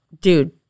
Dude